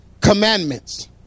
commandments